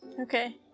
Okay